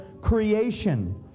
creation